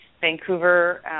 Vancouver